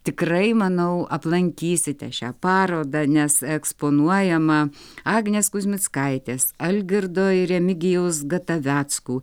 tikrai manau aplankysite šią parodą nes eksponuojama agnės kuzmickaitės algirdo ir remigijaus gataveckų